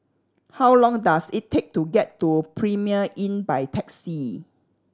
how long does it take to get to Premier Inn by taxi